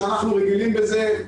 שאנחנו רגילים בזה,